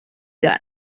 دارم